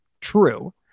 true